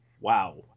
wow